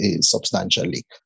substantially